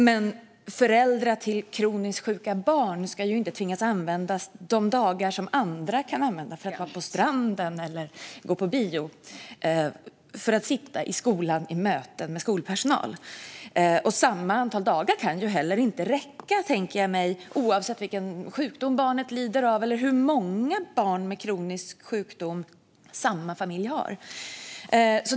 Men föräldrar till kroniskt sjuka barn ska inte behöva tvingas använda de dagar som andra kan använda för att vara på stranden eller gå på bio till att sitta i skolan i möten med skolpersonal. Samma antal dagar kan heller inte räcka, oavsett vilken sjukdom barnet lider av eller hur många barn med kronisk sjukdom samma familj har.